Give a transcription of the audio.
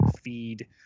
feed